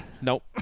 Nope